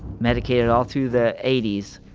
medicated all through the eighty s,